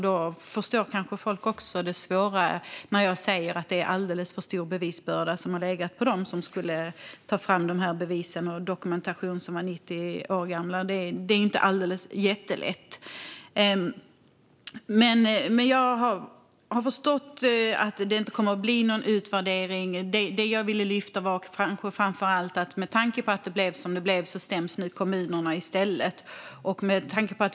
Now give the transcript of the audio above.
Då förstår folk kanske också det svåra när jag säger att det är en alldeles för stor bevisbörda som har legat på dem som skulle ta fram bevis och dokumentation som är 90 år gamla. Det är inte jättelätt. Jag har förstått att det inte kommer att bli någon utvärdering. Det som jag ville lyfta upp var framför allt att eftersom det blev som det blev stäms nu kommunerna i stället.